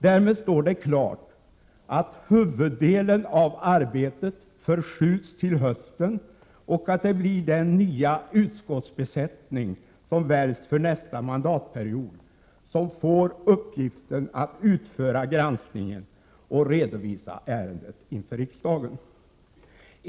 Därmed står det klart att huvuddelen av arbetet förskjuts till hösten och att det blir den nya utskottsbesättning som väljs för nästa mandatperiod som får uppgiften att utföra granskningen och redovisa ärendet inför riksdagen.